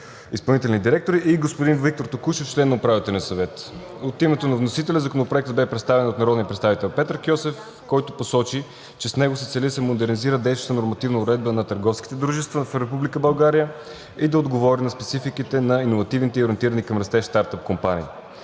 изпълнителни директори, и господин Виктор Токушев – член на Управителния съвет. От името на вносителя Законопроектът беше представен от народния представител Петър Кьосев, който посочи, че с него се цели да се модернизира действащата нормативна уредба на търговските дружества в Република България и да отговори на спецификите на иновативните и ориентирани към растеж стартъп компании.